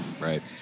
right